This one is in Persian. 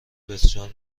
بسیار